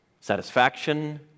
satisfaction